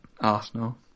Arsenal